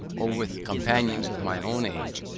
or with companions of my own age,